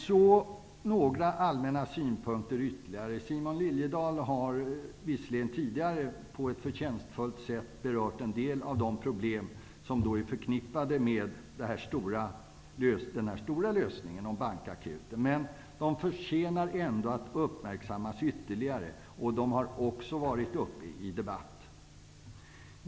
Så några allmänna synpunkter ytterligare. Simon Liliedahl har visserligen tidigare på ett förtjänstfullt sätt berört en del av de problem som är förknippade med den stora lösningen om bankakuten. Men några synpunkter förtjänar att uppmärksammas ytterligare och har också varit uppe i debatt.